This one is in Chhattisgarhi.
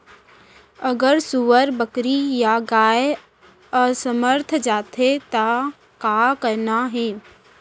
अगर सुअर, बकरी या गाय असमर्थ जाथे ता का करना हे?